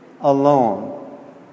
alone